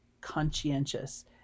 conscientious